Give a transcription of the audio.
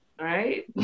Right